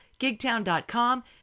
Gigtown.com